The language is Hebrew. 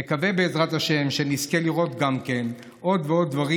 נקווה, בעזרת השם, שנזכה לראות עוד ועוד דברים